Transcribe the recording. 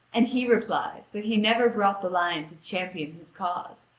and he replies that he never brought the lion to champion his cause,